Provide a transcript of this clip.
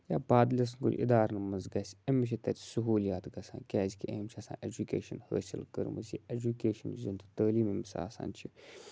یا بَدلِس کُنہِ اِدارَن مَنٛز گَژھہِ أمِس چھِ تَتہِ سَہولیات گَژھان کیازِ کہِ أمۍ چھِ آسان ایجوکیٚشَن حٲصل کٔرمٕژ یہِ ایجوکیٚشَن یُس زَن یہِ تعلیٖم أمِس آسان چھِ